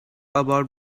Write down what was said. about